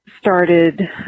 started